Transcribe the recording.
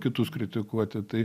kitus kritikuoti tai